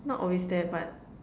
not always there but